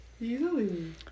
Easily